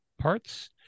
parts